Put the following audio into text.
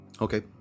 okay